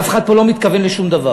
אף אחד פה לא מתכוון לשום דבר.